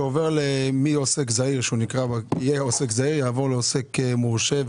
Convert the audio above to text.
אדם שעובר מלהיות עוסק זעיר לעוסק מורשה,